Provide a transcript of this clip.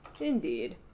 Indeed